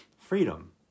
freedom